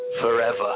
forever